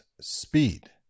speed